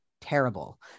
terrible